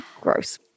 Gross